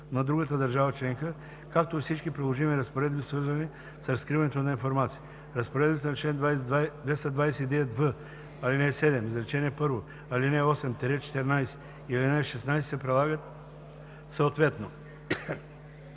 на другата държава членка, както и всички приложими разпоредби, свързани с разкриването на информация. Разпоредбите на чл. 229в, ал. 7, изречение първо, ал. 8 – 14 и ал. 16 се прилагат съответно.